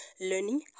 learning